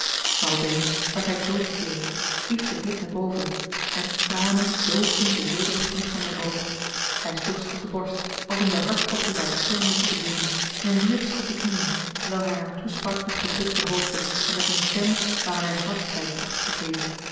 op eens werd hij doodsbleek hief den blik naar boven en tranen doofden den wilden gloed van zijn oog hij sloeg zich op de borst als om den hartstocht die daar stormde te bedwingen en wierp zich op de knieën terwijl hij haar toesprak met gebukten hoofde en met eene stem waaraan hij vastheid trachtte te geven